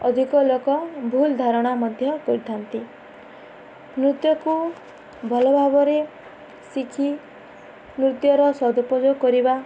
ଅଧିକ ଲୋକ ଭୁଲ୍ ଧାରଣା ମଧ୍ୟ ଦେଇଥାନ୍ତି ନୃତ୍ୟକୁ ଭଲ ଭାବରେ ଶିଖି ନୃତ୍ୟର ସଦୁପଯୋଗ କରିବା